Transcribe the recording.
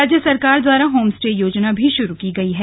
राज्य सरकार द्वारा होम स्टे योजना शुरू की गयी है